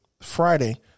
Friday